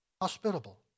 hospitable